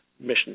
mission